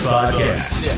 Podcast